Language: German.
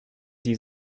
die